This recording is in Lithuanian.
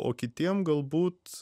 o kitiem galbūt